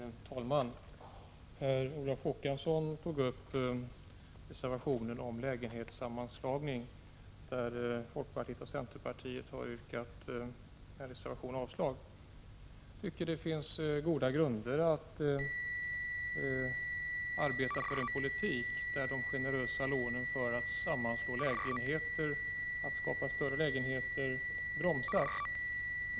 Herr talman! Per Olof Håkansson tog upp reservationen om långivning till lägenhetssammanslagning, i vilken folkpartiet, moderaterna och centerpartiet yrkat avslag på sådan långivning. Jag tycker det finns goda grunder att arbeta för en politik där de generösa lånen för att skapa större lägenheter bromsas.